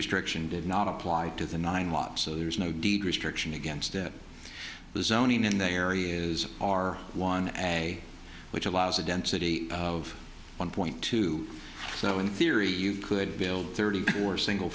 restriction did not apply to the nine watt so there is no deed restriction against it the zoning in the areas are one a which allows a density of one point two so in theory you could build thirty four single